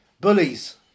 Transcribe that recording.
Bullies